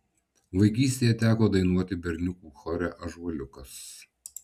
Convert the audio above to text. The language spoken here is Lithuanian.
vaikystėje teko dainuoti berniukų chore ąžuoliukas